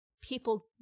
people